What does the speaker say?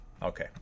Okay